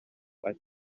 ati